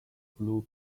blue